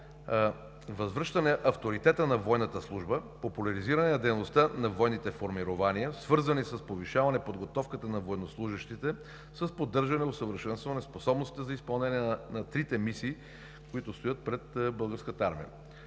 възвръщане на авторитета на военната служба; популяризиране на дейността на военните формирования, свързани с повишаване на подготовката на военнослужещите; с поддържане и усъвършенстване на способностите за изпълнение на трите мисии, които стоят пред българската армия.